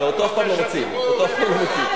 אותו אף פעם לא מוציאים, אותו אף פעם לא מוציאים.